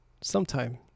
sometime